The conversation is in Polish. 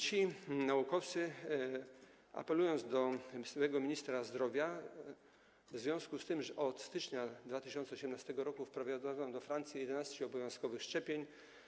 Ci naukowcy apelują do obecnego ministra zdrowia w związku z tym, że od stycznia 2018 r. wprowadzono we Francji 11 obowiązkowych szczepień.